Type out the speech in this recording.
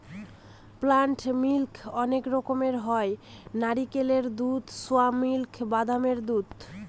plant milk অনেক রকমের হয় নারকেলের দুধ, সোয়া মিল্ক, বাদামের দুধ